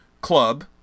club